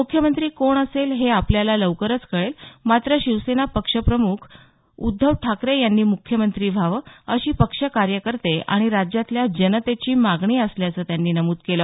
मुख्यमंत्री कोण असेल हे आपल्याला लवकरच कळेल पण शिवसेना पक्ष प्रमुख उद्धव ठाकरे यांनी मुख्यमंत्री व्हावं अशी पक्ष कार्यकर्ते आणि राज्यातील जनतेची मागणी असल्याचं त्यांनी नमुद केलं